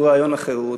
הוא רעיון החירות,